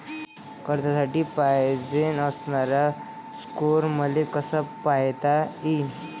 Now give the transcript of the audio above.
कर्जासाठी पायजेन असणारा स्कोर मले कसा पायता येईन?